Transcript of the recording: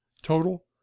total